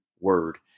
word